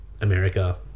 America